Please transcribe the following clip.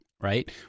right